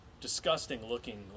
disgusting-looking